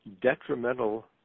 detrimental